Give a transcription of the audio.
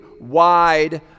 wide